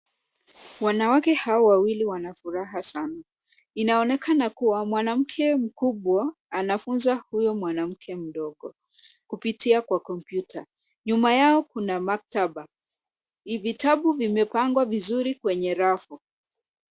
Wanawake hawa wawili wana furaha sana. Inaonekana kuwa mwanamke mkubwa anafunza huyo mwanamke mdogo kupitia kwa kompyuta. Nyuma yao kuna maktaba. Vitabu vimepangwa vizuri kwenye rafu.